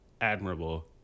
admirable